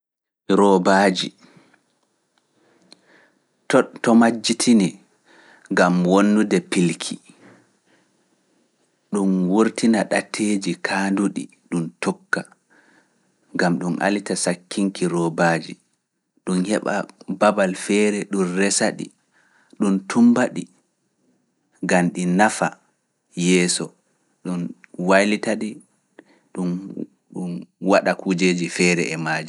Haanda Roobaaji sakkine gam wonnugo pilki. Ndikka di ale, di ngada ka hawriteego babal gootal gam di nafa adunaaru. ɗum tumba ɗi, gam ɗi nafa yeeso, ɗum waylita ɗi, ɗum waɗa kujeeji feere e maaje.